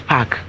Park